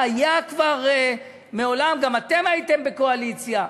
כבר היה מעולם, גם אתם הייתם בקואליציה.